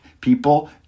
people